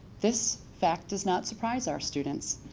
this fact does not surprise our students,